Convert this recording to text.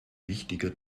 wichtiger